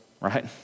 right